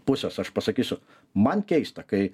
pusės aš pasakysiu man keista kai